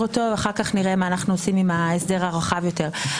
אותו ואחר כך נראה מה אנחנו עושים עם ההסדר הרחב יותר.